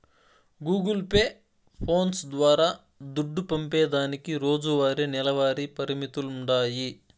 Google pay, phones ద్వారా దుడ్డు పంపేదానికి రోజువారీ, నెలవారీ పరిమితులుండాయి